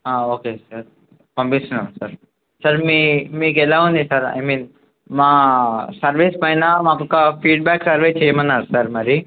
okay sir పంపిస్తున్నాం sir sir మీ మీకు ఎలా ఉంది సార్ ఐ మీన్ మా సర్వీస్ పైన మాకు ఫీడ్బ్యాక్ సర్వే చేయమన్నారు సార్ మరి